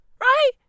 Right